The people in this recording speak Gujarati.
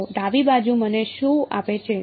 તો ડાબી બાજુ મને શું આપે છે